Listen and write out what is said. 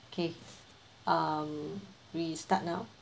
okay we start now